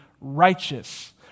righteous